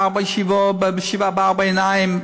בישיבה בארבע עיניים,